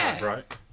right